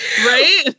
Right